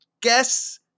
guess